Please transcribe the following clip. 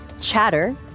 Chatter